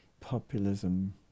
populism